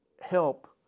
help